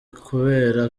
kubera